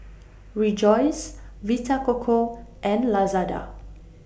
Rejoice Vita Coco and Lazada